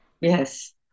Yes